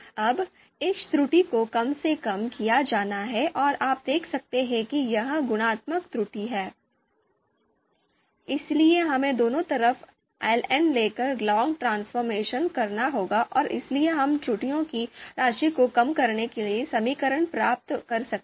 अब इस त्रुटि को कम से कम किया जाना है और आप देख सकते हैं कि यह गुणात्मक त्रुटि है इसलिए हमें दोनों तरफ ln लेकर लॉग ट्रांसफ़ॉर्मेशन करना होगा और इसलिए हम त्रुटियों की राशि को कम करने के लिए समीकरण प्राप्त कर सकते हैं